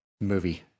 movie